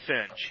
Finch